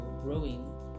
growing